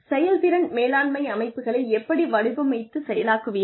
செயல்திறன் மேலாண்மை அமைப்புகளை எப்படி வடிவமைத்து செயலாக்குவீர்கள்